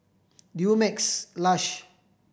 Dumex Lush